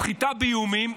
סחיטה באיומים,